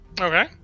Okay